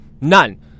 None